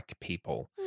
people